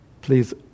please